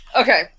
Okay